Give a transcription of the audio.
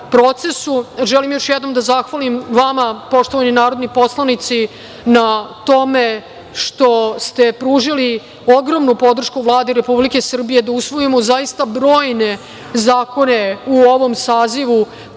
još jednom da zahvalim vama, poštovani narodni poslanici na tome što ste pružili ogromnu podršku Vladi Republike Srbije, da usvojimo zaista brojne zakone u ovom sazivu